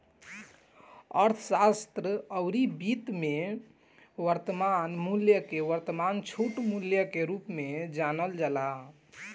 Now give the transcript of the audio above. अर्थशास्त्र अउरी वित्त में वर्तमान मूल्य के वर्तमान छूट मूल्य के रूप में जानल जाला